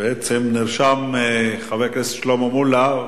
בעצם נרשם חבר הכנסת שלמה מולה.